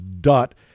dot